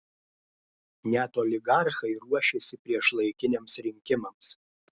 net oligarchai ruošiasi priešlaikiniams rinkimams